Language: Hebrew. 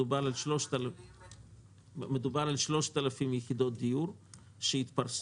מדובר על 3,000 יחידות דיור שיתפרסו